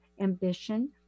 ambition